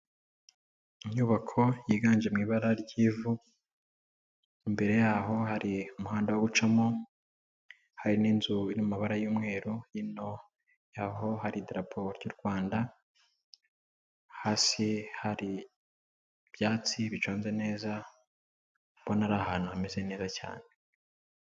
Inyubako yiganje mu ibara ry'ivu imbere yaho hari umuhanda gucamo hari n'inzu y'amabara y'umweru, hino yaho hari idaraporo ry'u Rwanda, hasi hari ibyatsi biconze neza, ubona ari ari ahantu hameze neza cyane.